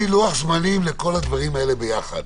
רק תני לי לוח זמנים לכל הדברים האלה ביחד.